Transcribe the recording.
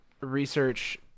research